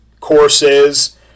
courses